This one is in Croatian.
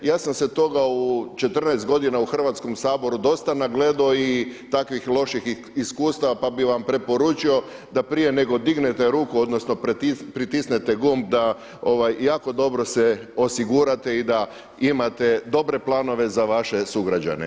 Ja sam se toga u 14 godina u Hrvatskom saboru dosta nagledao i takvih loših iskustava pa bi vam preporučio da prije nego dignete ruku odnosno pritisnete gumb da jako dobro se osigurate i da imate dobre planove za vaše sugrađane.